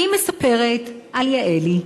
היא מספרת על יעלי,